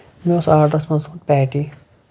مےٚ ٲسۍ آرڈرَس منٛز تھاومٕژ پیٹی